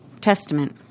Testament